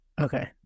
okay